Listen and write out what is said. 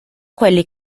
quelli